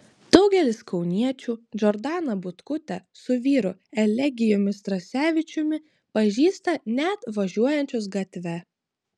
daugelis kauniečių džordaną butkutę su vyru elegijumi strasevičiumi pažįsta net važiuojančius gatve